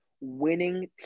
winning